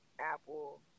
apple